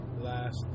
last